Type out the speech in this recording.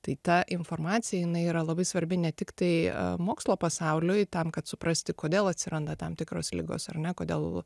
tai ta informacija jinai yra labai svarbi ne tiktai mokslo pasauliui tam kad suprasti kodėl atsiranda tam tikros ligos ar ne kodėl